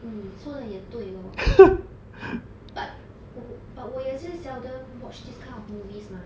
mm 说的也对 lor but but 我也是 seldom watch this kind of movies mah